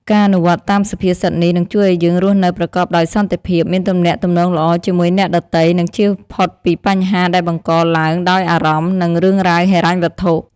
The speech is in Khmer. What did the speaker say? ការអនុវត្តតាមសុភាសិតនេះ នឹងជួយឲ្យយើងរស់នៅប្រកបដោយសន្តិភាព មានទំនាក់ទំនងល្អជាមួយអ្នកដទៃ និងជៀសផុតពីបញ្ហាដែលបង្កឡើងដោយអារម្មណ៍ និងរឿងរ៉ាវហិរញ្ញវត្ថុ។